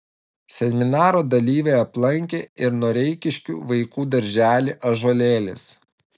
seminaro dalyviai aplankė ir noreikiškių vaikų darželį ąžuolėlis